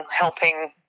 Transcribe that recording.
helping